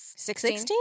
Sixteen